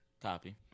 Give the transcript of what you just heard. Copy